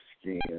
Skin